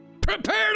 Prepare